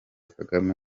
kagame